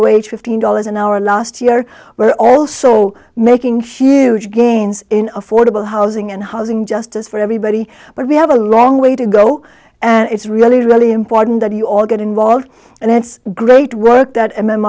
wage fifteen dollars an hour last year we're also making future gains in affordable housing and housing justice for everybody but we have a long way to go and it's really really important that you all get involved and it's great work that m m